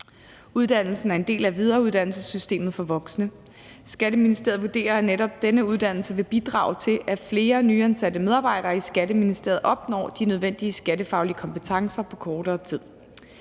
Uddannelsen er en del af videreuddannelsessystemet for voksne. Skatteministeriet vurderer, at netop denne uddannelse vil bidrage til, at flere nyansatte medarbejdere i Skatteministeriet opnår de nødvendige skattefaglige kompetencer på kortere tid.